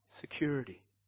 security